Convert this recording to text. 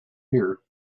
here